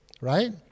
right